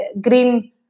green